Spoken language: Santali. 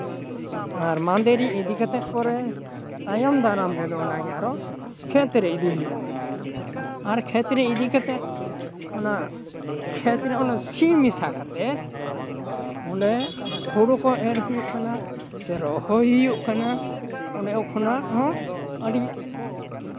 ᱟᱨ ᱢᱟᱫᱮᱨᱮ ᱤᱫᱤ ᱠᱟᱛᱮᱜ ᱯᱚᱨᱮ ᱛᱟᱭᱚᱢ ᱫᱟᱨᱟᱢ ᱨᱮᱫᱚ ᱚᱱᱟᱜᱮ ᱟᱨᱚ ᱠᱷᱮᱛᱨᱮ ᱤᱫᱤ ᱦᱩᱭᱩᱜ ᱠᱟᱱᱟ ᱟᱨ ᱠᱷᱮᱛᱨᱮ ᱤᱫᱤ ᱠᱟᱛᱮᱜ ᱚᱱᱟ ᱠᱷᱮᱛᱨᱮ ᱚᱱᱟ ᱥᱤ ᱢᱮᱥᱟ ᱠᱟᱛᱮᱜ ᱚᱸᱰᱮ ᱦᱳᱲᱳ ᱠᱚ ᱮᱨ ᱦᱩᱭᱩᱜ ᱠᱟᱱᱟ ᱥᱮ ᱨᱚᱦᱚᱭ ᱦᱩᱭᱩᱜ ᱠᱟᱱᱟ ᱚᱸᱰᱮ ᱠᱷᱚᱱᱟ ᱦᱚᱸ ᱟᱹᱰᱤ